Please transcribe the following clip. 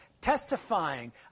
testifying